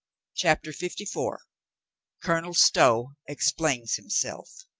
chapter fifty-four colonel stow explains himself